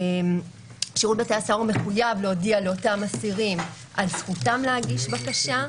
שירות בתי הסוהר מחויב להודיע לאותם אסירים על זכותם להגיש בקשה.